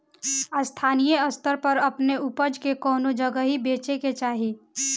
स्थानीय स्तर पर अपने ऊपज के कवने जगही बेचे के चाही?